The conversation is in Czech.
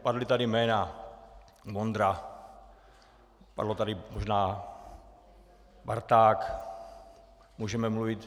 Padla tady jména Vondra, padlo tady možná Barták, můžeme mluvit...